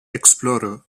explorer